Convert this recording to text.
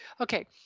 okay